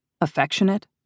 affectionate